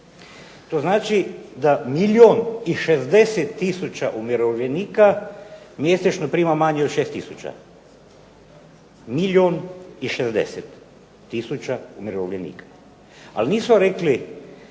To znači da milijun i 60 tisuća umirovljenika mjesečno prima manje od 6 tisuća. Milijun i 60 tisuća umirovljenika. Ali nisu rekli